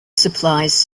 supplies